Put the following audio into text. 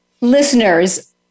listeners